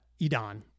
Idan